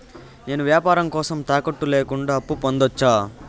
నేను వ్యాపారం కోసం తాకట్టు లేకుండా అప్పు పొందొచ్చా?